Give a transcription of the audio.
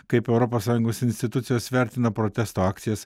kaip europos sąjungos institucijos vertina protesto akcijas